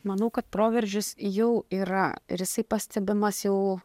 manau kad proveržis jau yra ir jisai pastebimas jau